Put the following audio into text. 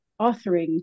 authoring